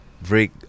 break